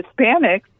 Hispanics